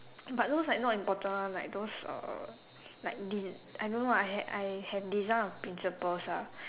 but those like not important one like those uh like din~ I don't know I I have design of principles ah